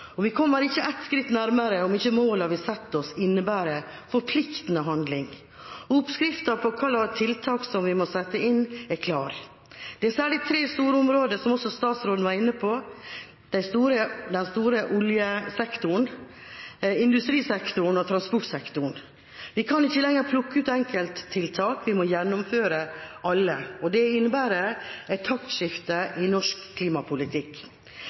Vi kommer ikke ett skritt nærmere om ikke målene vi setter oss, innebærer forpliktende handling. Oppskriften på hva slags tiltak vi må sette inn, er klar. Det er særlig innenfor tre store områder vi har utfordringer, som også statsråden var inne på – den store oljesektoren, industrisektoren og transportsektoren. Vi kan ikke lenger plukke ut enkelttiltak – vi må gjennomføre alle. Det innebærer et taktskifte i norsk klimapolitikk.